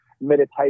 meditation